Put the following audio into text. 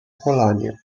polanie